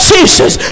Jesus